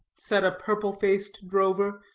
said a purple-faced drover,